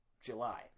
July